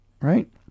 right